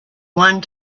one